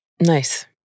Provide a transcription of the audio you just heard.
Nice